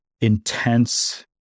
intense